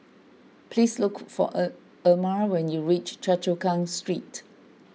please look for Er Erma when you reach Choa Chu Kang Street